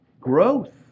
Growth